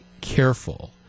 careful